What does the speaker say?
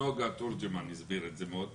נגה הסבירה את זה מאוד פשוט,